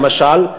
למשל,